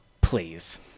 Please